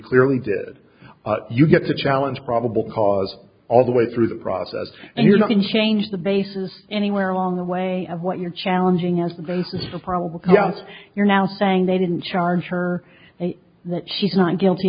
clearly did you get to challenge probable cause all the way through the process and you're not in change the bases anywhere along the way of what you're challenging as the basis for probable cause you're now saying they didn't charge her and that she's not guilty